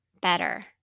better